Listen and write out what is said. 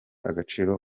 agaciro